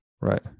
Right